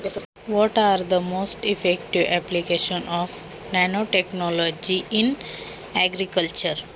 कृषी क्षेत्रातील सर्वात प्रभावी नॅनोटेक्नॉलॉजीचे अनुप्रयोग कोणते आहेत?